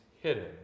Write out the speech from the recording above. hidden